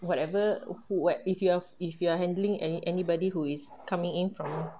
whatever who what if you are if you are handling any anybody that is coming in from